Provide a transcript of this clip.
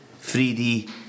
3D